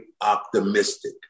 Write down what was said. optimistic